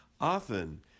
Often